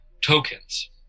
tokens